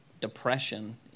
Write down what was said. depression